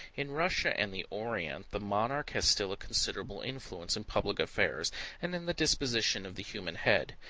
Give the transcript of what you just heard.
in russia and the orient the monarch has still a considerable influence in public affairs and in the disposition of the human head,